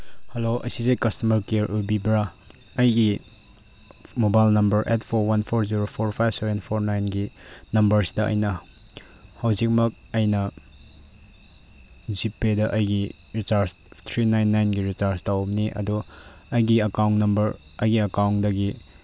hello ꯑꯁꯤꯁꯦ customer care ꯑꯣꯏꯕꯤꯕ꯭ꯔꯥ ꯑꯩꯒꯤ mobile number eight four one four zero four five seven four ꯅꯥꯏꯟꯒꯤ ꯅꯝꯕꯔꯁꯤꯗ ꯑꯩꯅ ꯍꯧꯖꯤꯛꯃꯛ ꯑꯩꯅ ꯖꯤ ꯄꯦꯗ ꯑꯩꯒꯤ ꯔꯤꯆꯥꯔꯖ ꯊ꯭ꯔꯤ ꯅꯥꯏꯟ ꯅꯥꯏꯟꯒꯤ ꯔꯤꯆꯥꯔꯖ ꯇꯧꯕꯅꯦ ꯑꯗꯣ ꯑꯩꯒꯤ ꯑꯦꯀꯥꯎꯟ ꯅꯝꯕꯔ ꯑꯩꯒꯤ ꯑꯦꯀꯥꯎꯟꯗꯒꯤ